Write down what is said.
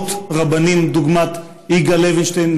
למרות רבנים דוגמת יגאל לוינשטיין,